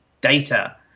data